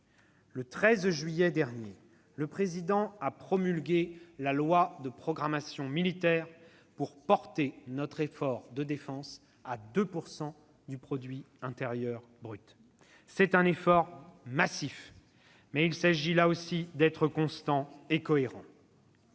Le 13 juillet dernier, le Président a promulgué la loi de programmation militaire pour porter notre effort de défense à 2 % du produit intérieur brut. C'est un effort massif. Mais il s'agit là aussi d'être constant et cohérent.